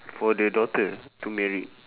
for the daughter to married